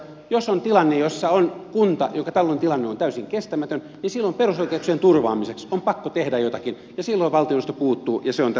jos on tilanne jossa on kunta jonka taloudellinen tilanne on täysin kestämätön niin silloin perusoikeuksien turvaamiseksi on pakko tehdä jotakin ja silloin valtioneuvosto puuttuu ja se on tässä suhteessa aivan oikein